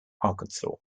arkansas